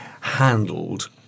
handled